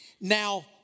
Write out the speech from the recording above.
Now